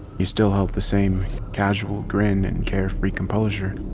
he still held the same casual grin and carefree composure,